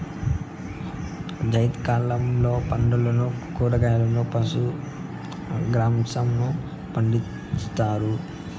జైద్ కాలంలో పండ్లు, కూరగాయలు, పశు గ్రాసంను పండిత్తారు